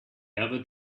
ever